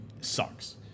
sucks